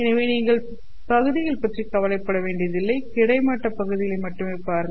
எனவே நீங்கள் பகுதிகள் பற்றி கவலைப்பட வேண்டியதில்லை கிடைமட்ட பகுதிகளை மட்டுமே பாருங்கள்